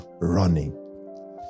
running